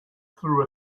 through